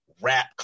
rap